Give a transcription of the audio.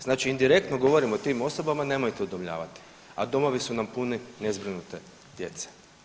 Znači indirektno govorimo tim osobama nemojte udomljavati, a domovi su nam puni nezbrinute djece.